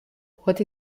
what